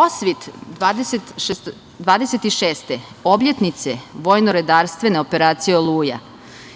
osvit 26. objetnice vojnoredarstvene operacije Oluja,